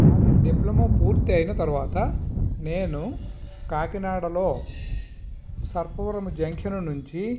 నాది డిప్లొమా పూర్తి అయిన తరువాత నేను కాకినాడలో సర్పవరం జంక్షన్ నుంచి